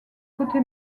côté